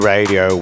Radio